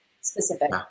specific